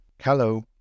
Hello